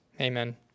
Amen